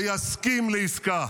שיסכים לעסקה.